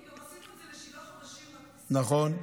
לשבעה חודשים, נכון,